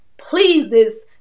pleases